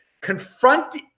Confront